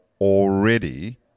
already